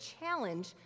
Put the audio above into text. challenge